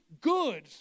good